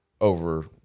over